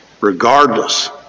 Regardless